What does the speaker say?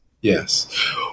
Yes